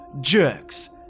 jerks